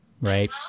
right